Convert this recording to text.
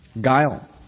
Guile